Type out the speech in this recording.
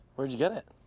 where'd you get it?